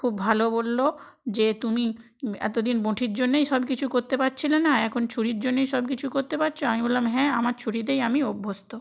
খুব ভালো বললো যে তুমি এত দিন বঁটির জন্যই সবকিছু করতে পারছিলে না এখন ছুরির জন্যই সবকিছু করতে পারছো আমি বললাম হ্যাঁ আমার ছুরিতেই আমি অভ্যস্ত